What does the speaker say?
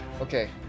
okay